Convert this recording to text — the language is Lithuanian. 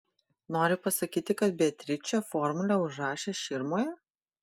nori pasakyti kad beatričė formulę užrašė širmoje